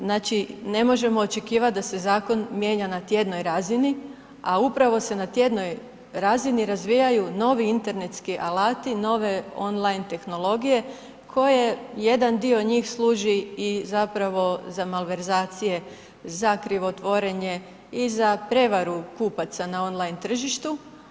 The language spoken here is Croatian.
Znači ne možemo očekivati da se zakon mijenja na tjednoj razini, a upravo se na tjednoj razini razvijaju novi internetski alati, nove on line tehnologije, koje jedan dio njih služi i zapravo za malverzacije, za krivotvorenje i za prevaru kupaca na on line tržištu.